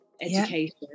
education